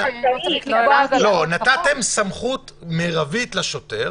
אתם נתתם סמכות מרבית לשוטר